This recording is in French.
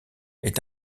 est